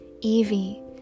Evie